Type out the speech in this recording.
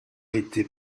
été